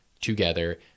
together